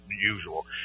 usual